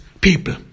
people